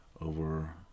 over